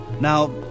Now